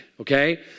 okay